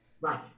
Right